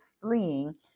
fleeing